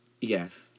Yes